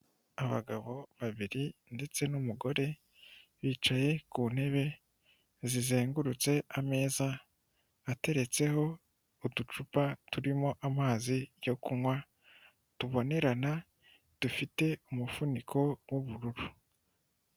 Abagabo babiri ndetse n'umugore bicaye ku ntebe zizengurutse ameza ateretseho uducupa turimo amazi yo kunywa tubonerana dufite umufuniko w'ubururu.